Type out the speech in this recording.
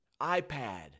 iPad